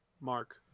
Mark